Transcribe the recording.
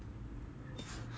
(uh huh)